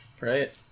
right